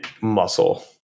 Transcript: muscle